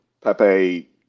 Pepe –